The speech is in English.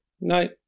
No